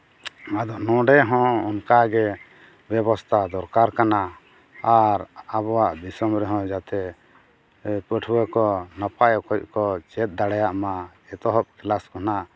ᱟᱫᱚ ᱱᱚᱰᱮ ᱦᱚᱸ ᱚᱱᱠᱟᱜᱮ ᱵᱮᱵᱚᱥᱛᱷᱟ ᱫᱚᱨᱠᱟᱨ ᱠᱟᱱᱟ ᱟᱨ ᱟᱵᱚᱣᱟᱜ ᱫᱤᱥᱚᱢ ᱨᱮ ᱦᱚᱸ ᱡᱟᱛᱮ ᱯᱟᱹᱴᱷᱩᱣᱟᱹ ᱠᱚ ᱱᱟᱯᱟᱭ ᱚᱠᱚᱡ ᱠᱚ ᱪᱮᱫ ᱫᱲᱟᱭᱟᱜᱢᱟ ᱛᱚᱦᱚᱵ ᱠᱞᱟᱥ ᱠᱷᱚᱱᱟᱜ